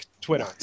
twitter